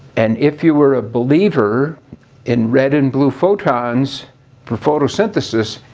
and if you were a believer in red and blue photons for photosynthesis,